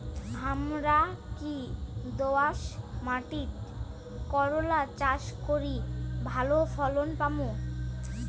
হামরা কি দোয়াস মাতিট করলা চাষ করি ভালো ফলন পামু?